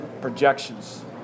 Projections